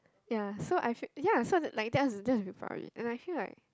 ya so I feel ya so like that's that's probably and I feel like